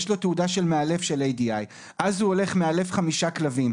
יש לו תעודה של מאלף של ADI ואז הוא הולך ומאלף חמישה כלבים.